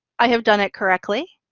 i have done it correctly,